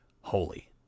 holy